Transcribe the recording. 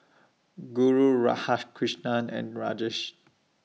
Guru Radhakrishnan and Rajesh